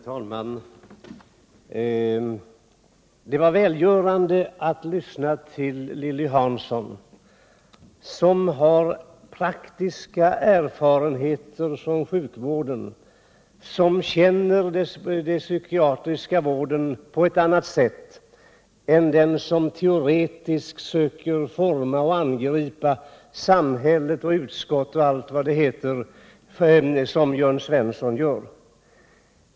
Herr talman! Det var välgörande att lyssna till Lilly Hansson, som har praktiska erfarenheter från sjukvården och som känner den psykiatriska vården på ett annat sätt än den. som, liksom Jörn Svensson, teoretiskt söker forma och angripa samhälle, utskott och annat för deras inställning till den psykiatriska vården.